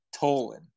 Tolan